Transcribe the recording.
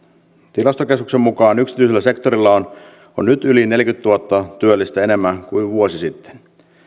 tilastokeskuksen mukaan yksityisellä sektorilla on nyt yli neljäkymmentätuhatta työllistä enemmän kuin vuosi sitten